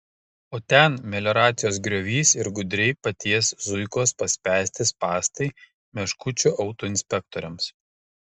o ten melioracijos griovys ir gudriai paties zuikos paspęsti spąstai meškučių autoinspektoriams